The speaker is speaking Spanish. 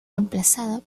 reemplazada